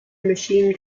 machine